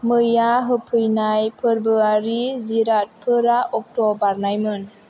मैया होफैनाय फोरबोयारि जिरादफोरा अक्ट' बारनायमोन